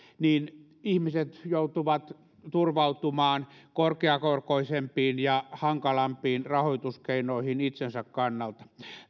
niin ihmiset joutuvat turvautumaan korkeakorkoisempiin ja hankalampiin rahoituskeinoihin itsensä kannalta